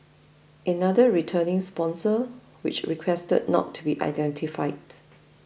another returning sponsor which requested not to be identified